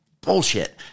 bullshit